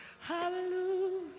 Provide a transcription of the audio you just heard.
hallelujah